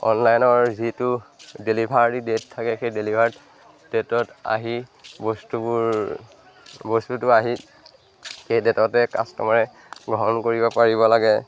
অনলাইনৰ যিটো delivery date থাকে সেই ডেলিভাৰী ডেটত আহি বস্তুবোৰ বস্তুটো আহি সেই ডেটতে কাষ্টমাৰে গ্ৰহণ কৰিব পাৰিব লাগে